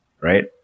right